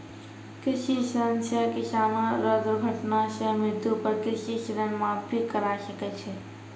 कृषि ऋण सह किसानो रो दुर्घटना सह मृत्यु पर कृषि ऋण माप भी करा सकै छै